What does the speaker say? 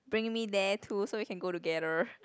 bring me there too so we can go together